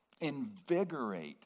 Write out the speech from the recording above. invigorate